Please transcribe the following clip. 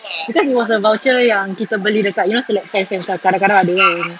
because it was a voucher yang kita beli dekat you know celeb fest kan kadang-kadang ada kan